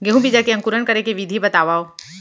गेहूँ बीजा के अंकुरण करे के विधि बतावव?